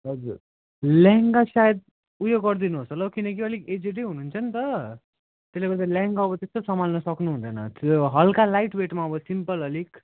हजुर लेहेङ्गा सायद उयो गरिदिनु होस् होला हौ किनकि अलिक एजेडै हुनुहुन्छ नि त त्यसले गर्दा लेहेङ्गा अब त्यस्तो सम्हाल्न सक्नुहुँदैन त्यो हलुका लाइट वेटमा अब सिम्पल अलिक